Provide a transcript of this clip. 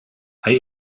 hij